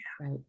right